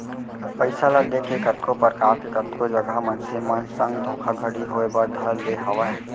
पइसा ल लेके कतको परकार के कतको जघा मनसे मन संग धोखाघड़ी होय बर धर ले हावय